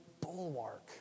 bulwark